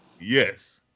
Yes